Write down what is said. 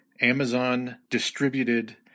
Amazon-distributed